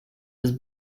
his